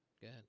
Good